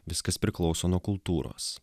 viskas priklauso nuo kultūros